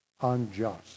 unjust